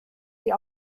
die